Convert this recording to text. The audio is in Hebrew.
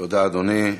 תודה, אדוני.